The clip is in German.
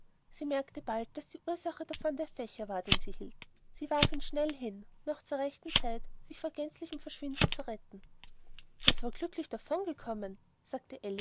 sie merkte bald daß die ursache davon der fächer war den sie hielt sie warf ihn schnell hin noch zur rechten zeit sich vor gänzlichem verschwinden zu retten das war glücklich davon gekommen sagte